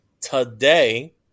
today